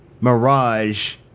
Mirage